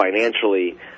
financially